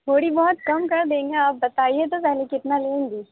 تھوڑی بہت کم کر دیں گے آپ بتائیے تو پہلے کتنا لیں گی